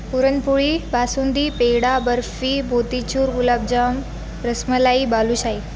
puran poli basundi peda barfi motichoor gulabjam rasmalai balushahi